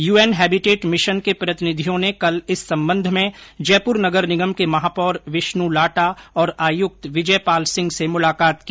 UN habitat mission के प्रतिनिधियों ने कल इस संबंध में जयपुर नगर निगम के महापौर विष्णु लाटा और आयुक्त विजयपाल सिंह से मुलाकात की